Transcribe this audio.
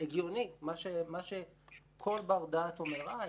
והגיוני מה שכל בר דעת אומר: אה,